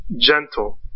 gentle